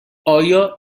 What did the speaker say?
آیا